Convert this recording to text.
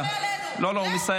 לסיים